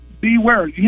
beware